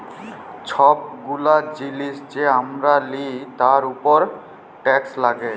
ছব গুলা জিলিস যে আমরা লিই তার উপরে টেকস লাগ্যে